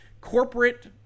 corporate